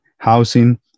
housing